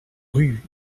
rue